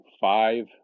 five